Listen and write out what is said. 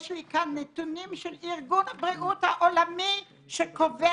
יש לי כאן נתונים של ארגון הבריאות העולמי שקובע